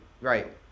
right